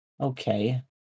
Okay